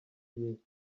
you